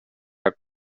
der